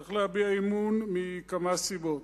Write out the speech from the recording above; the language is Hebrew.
צריך להביע אי-אמון מכמה סיבות.